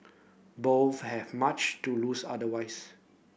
both have much to lose otherwise